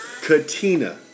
Katina